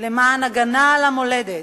למען הגנה על המולדת,